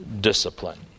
discipline